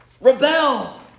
Rebel